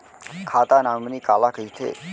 खाता नॉमिनी काला कइथे?